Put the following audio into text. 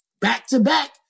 back-to-back